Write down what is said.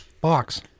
Box